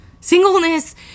Singleness